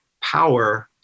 power